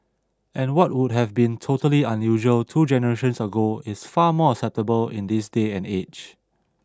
and what would have been totally unusual two generations ago is far more acceptable in this day and age